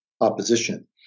opposition